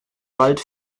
wald